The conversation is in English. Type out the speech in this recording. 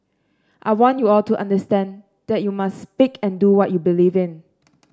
I want you all to understand that you must speak and do what you believe in